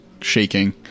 shaking